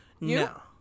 No